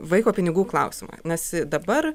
vaiko pinigų klausimą nes dabar